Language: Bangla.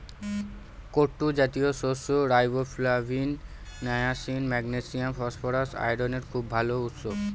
কুট্টু জাতীয় শস্য রাইবোফ্লাভিন, নায়াসিন, ম্যাগনেসিয়াম, ফসফরাস, আয়রনের খুব ভাল উৎস